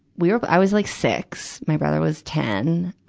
we were, i was like six my brother was ten.